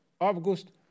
August